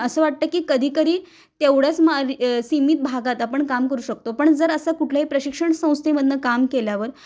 असं वाटतं की कधीकधी तेवढंच मा सीमित भागात आपण काम करू शकतो पण जर असं कुठल्याही प्रशिक्षण संस्थेमधून काम केल्यावर